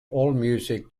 allmusic